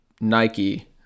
Nike